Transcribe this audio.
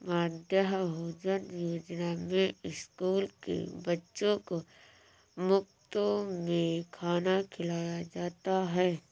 मध्याह्न भोजन योजना में स्कूल के बच्चों को मुफत में खाना खिलाया जाता है